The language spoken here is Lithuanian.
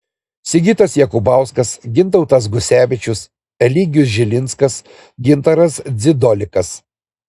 sigitas jakubauskas gintautas gascevičius eligijus žilinskas gintaras dzidolikas